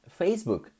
Facebook